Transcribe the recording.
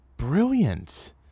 Brilliant